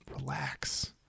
Relax